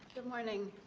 good morning.